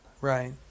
right